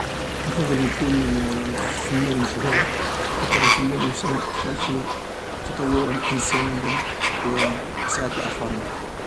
نفضل نكون فنان مشهور خاطر الفنان يساهم أكثر في تطور الانسانية و إسعاد الآخرين.